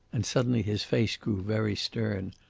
and suddenly his face grew very stern.